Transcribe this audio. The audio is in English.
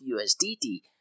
USDT